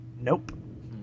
Nope